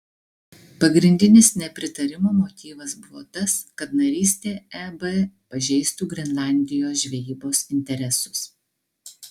pagrindinis nepritarimo motyvas buvo tas kad narystė eb pažeistų grenlandijos žvejybos interesus